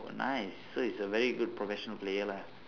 oh nice so he's a very good professional player lah